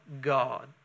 God